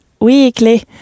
Weekly